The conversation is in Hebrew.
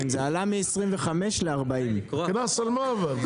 זה עלה מ- 25 ל- 40. קנס על מה אבל?